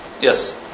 Yes